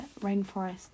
rainforest